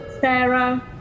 Sarah